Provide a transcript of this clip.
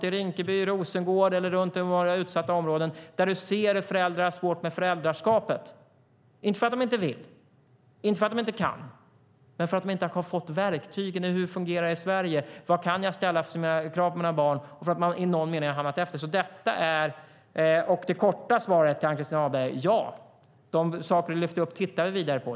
I Rinkeby, Rosengård och andra utsatta områden kan man se hur föräldrar har svårt med föräldraskapet, inte för att de inte vill och inte för att de inte kan utan för att de inte har fått kunskapen om hur det fungerar i Sverige och vilka krav man kan ställa på sina barn. De har i någon mening hamnat efter. Det korta svaret till Ann-Christin Ahlberg är ja. De saker som du lyfte fram tittar vi vidare på.